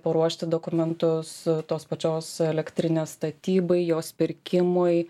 paruošti dokumentus tos pačios elektrinės statybai jos pirkimui